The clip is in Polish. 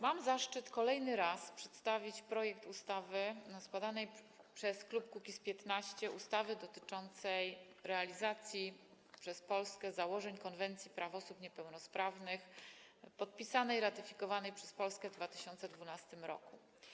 Mam zaszczyt kolejny raz przedstawić projekt ustawy składany przez klub Kukiz’15, ustawy dotyczącej realizacji przez Polskę założeń Konwencji o prawach osób niepełnosprawnych, podpisanej i ratyfikowanej przez Polskę w 2012 r.